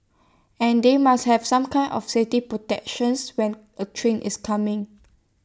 and they must have some kind of safety protections when A train is coming